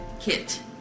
kit